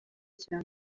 cya